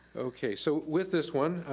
okay, so with this one,